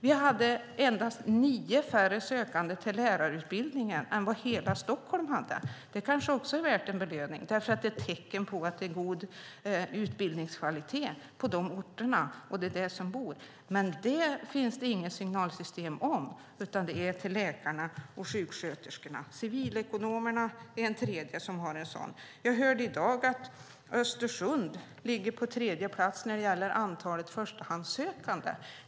Vi hade endast nio färre sökande till lärarutbildningen än vad hela Stockholm hade. Det kanske också är värt en belöning, eftersom det är ett tecken på att det är god utbildningskvalitet på de orterna. Men det finns det inget signalsystem för, utan det gäller läkarna och sjuksköterskorna. Civilekonomerna är en tredje grupp som har en sådan. Jag hörde i dag att Östersund ligger på tredje plats när det gäller antalet förstahandssökande.